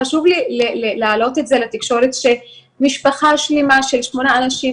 חשוב לי להעלות את זה לתקשורת שמשפחה שלמה של שמונה אנשים,